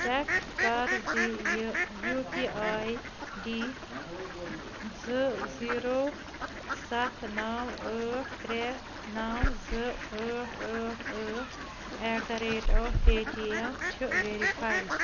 check کَر زِ یہِ یوٗ کہِ آی ڈِی زٕ زیٖرو سَتھ نَو ٲٹھ ترٛےٚ نَو زٕ ٲٹھ ٲٹھ ٲٹھ eight the rate of Paytm چھِ ویرِفایِڈ